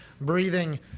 breathing